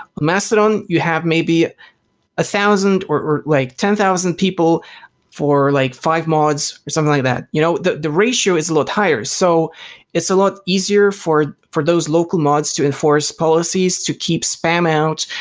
mastodon, you have may be a thousand or or like ten thousand people for like five mods or something like that. you know that ratio is a lot higher. so it's a lot easier for for those local mods to enforce policies, to keep spam out,